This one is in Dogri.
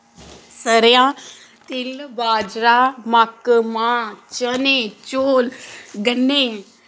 सरेयां तिल बाजरा मक्क मांह् चने चौल गन्ने